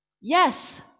Yes